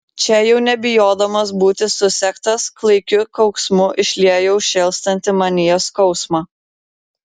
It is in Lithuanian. čia jau nebijodamas būti susektas klaikiu kauksmu išliejau šėlstantį manyje skausmą